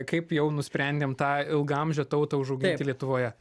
kaip jau nusprendėm tą ilgaamžę tautą užauginti lietuvoje